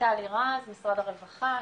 רויטל לירז ממשרד הרווחה,